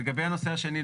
לגבי הנושא השני,